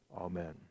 Amen